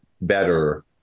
better